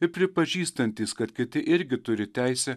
ir pripažįstantys kad kiti irgi turi teisę